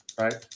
right